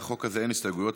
לחוק הזה אין הסתייגויות,